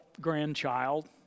grandchild